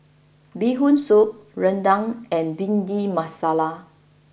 Bee Hoon Soup Rendang and Bhindi Masala